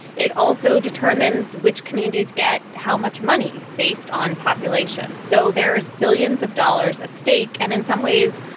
it also determines which communities get how much money based on population. so there's billions of dollars at stake. and in some ways,